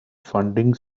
funding